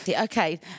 Okay